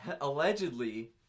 allegedly